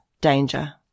danger